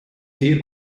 sehr